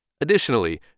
Additionally